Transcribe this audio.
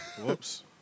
Whoops